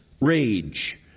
rage